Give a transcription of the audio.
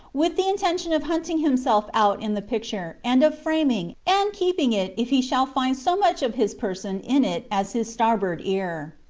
with the intention of hunting himself out in the picture and of framing and keeping it if he shall find so much of his person in it as his starboard ear.